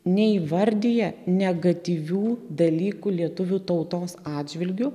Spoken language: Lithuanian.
neįvardija negatyvių dalykų lietuvių tautos atžvilgiu